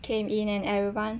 came in and everyone